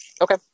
okay